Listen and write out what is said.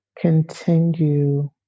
continue